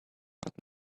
but